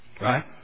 Right